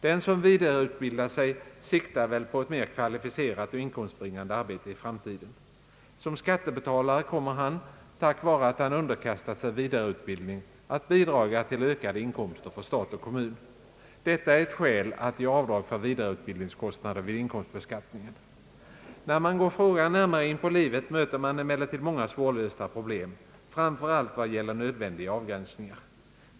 Den som vidareutbildar sig siktar väl på ett mer kvalificerat och inkomstinbringande arbete i framtiden. Som skattebetalare kommer han, tack vare att han underkastar sig vidareutbildning, att bidraga till ökade inkomster för stat och kommun. Detta är ett skäl för att ge avdrag för vidareutbildningskostnader vid inkomstbeskattningen. När man går frågan närmare in på livet möter man emellertid många svårlösta problem, framför allt vad beträffar nödvändiga avgränsningar.